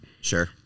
Sure